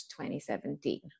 2017